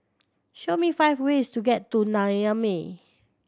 show me five ways to get to Niamey